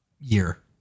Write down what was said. Year